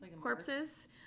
corpses